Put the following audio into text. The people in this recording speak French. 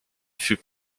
fut